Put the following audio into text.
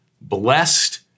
blessed